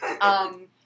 Um-